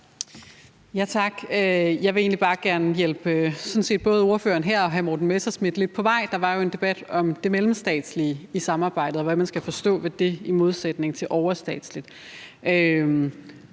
Tak. Jeg vil egentlig bare gerne hjælpe både ordføreren og hr. Morten Messerschmidt lidt på vej; der var jo en debat om det mellemstatslige samarbejde, og hvad man skal forstå ved det, i modsætning til det overstatslige.